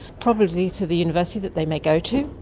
probably to the university that they may go to,